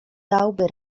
dałby